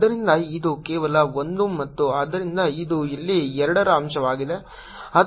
ಆದ್ದರಿಂದ ಇದು ಕೇವಲ ಒಂದು ಮತ್ತು ಆದ್ದರಿಂದ ಇದು ಇಲ್ಲಿ 2 ರ ಅಂಶವಾಗಿದೆ